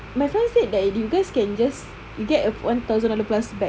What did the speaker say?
my friend said that you guys can just you get a one thousand dollar plus back eh